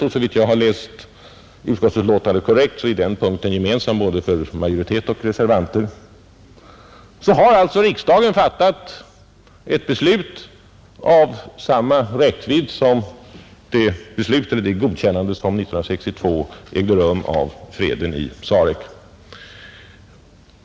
Om jag läst utskottsbetänkandet rätt är den punkten gemensam för både majoritet och reservanter. Ett bifall till utskottets hemställan innebär alltså att riksdagen fattar ett beslut av räckvidd som 1962 års beslut om ”freden i Sarek”.